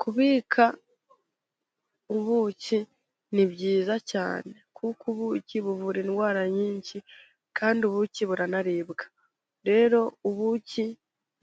Kubika ubuki ni byiza cyane, kuko ubuki buvura indwara nyinshi, kandi ubuki buranaribwa, rero ubuki